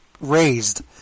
raised